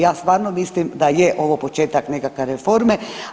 Ja stvarno mislim da je ovo početak nekakve reforme.